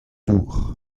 dour